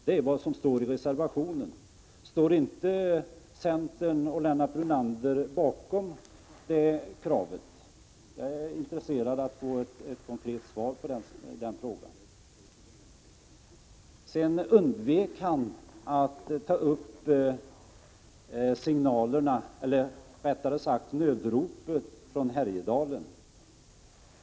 Detta krävs i reservationen. Står inte centern och Lennart Brunander bakom det här kravet? Jag är intresserad av att få ett konkret svar på min fråga. Lennart Brunander undvek att ta upp nödropet från Härjedalen.